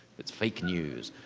is fake news.